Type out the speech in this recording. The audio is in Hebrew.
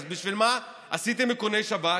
אז בשביל מה עשיתם איכוני שב"כ?